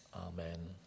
Amen